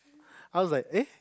I was like eh